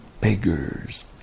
beggars